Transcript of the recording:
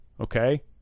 Okay